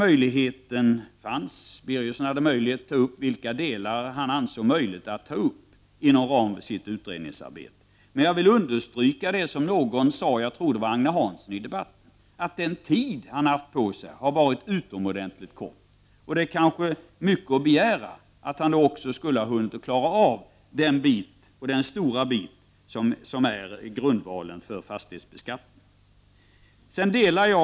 Birgersson kunde ta upp de frågor som han ansåg möjliga att behandla inom ramen för sitt utredningsarbete. Jag vill dock understryka att han har haft utomordentligt kort tid på sig, som Agne Hansson också sade. Att säga att han också skulle ha hunnit klara av den stora uppgift som det är att ändra grundvalen för fastighetsbeskattningen vore kanske att begära för mycket.